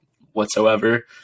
whatsoever